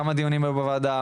כמה דיונים היו בוועדה,